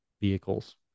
vehicles